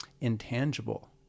intangible